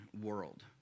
world